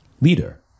leader